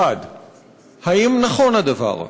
1. האם נכון הדבר?